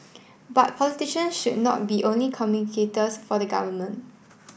but politician should not be only communicators for the government